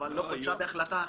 אבל לא חודשה בהחלטה החדשה.